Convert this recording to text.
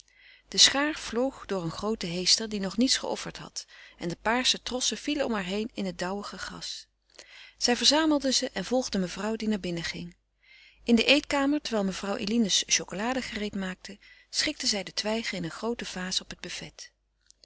de schaar vloog door een grooten heester die nog niets geofferd had en de paarse trossen vielen om haar heen in het dauwige gras zij verzamelde ze en volgde mevrouw die naar binnen ging in de eetkamer terwijl mevrouw eline's chocolade gereed maakte schikte zij de twijgen in eene groote vaas op het buffet